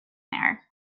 there